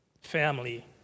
family